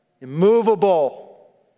immovable